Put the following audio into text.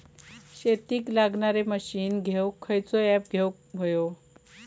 शेतीक लागणारे मशीनी घेवक खयचो ऍप घेवक होयो?